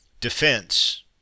Defense